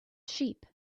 sheep